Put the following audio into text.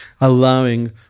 allowing